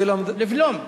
לבלום.